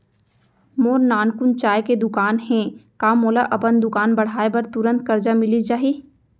मोर नानकुन चाय के दुकान हे का मोला अपन दुकान बढ़ाये बर तुरंत करजा मिलिस जाही?